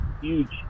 Huge